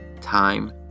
time